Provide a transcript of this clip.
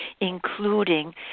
including